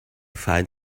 find